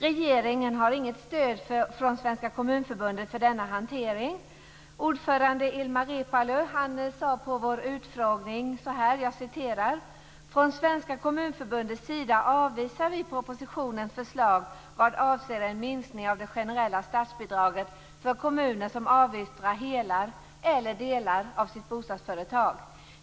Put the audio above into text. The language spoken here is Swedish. Regeringen har inget stöd från Svenska Kommunförbundet för denna hantering. Ordföranden Ilmar Reepalu sade på vår utfrågning: "Från Svenska Kommunförbundets sida avvisar vi propositionens förslag vad avser en minskning av det generella statsbidraget för kommuner som avyttrar hela, eller delar av, sitt bostadsföretag.